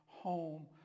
home